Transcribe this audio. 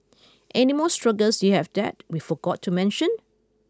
any more struggles you have that we forgot to mention